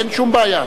אין שום בעיה.